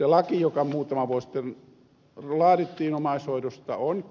laki joka muutama vuosi sitten laadittiin omaishoidosta on